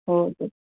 oh